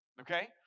okay